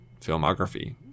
filmography